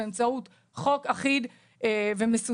באמצעות חוק אחיד ומסודר.